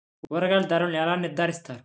కూరగాయల ధరలు ఎలా నిర్ణయిస్తారు?